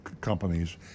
companies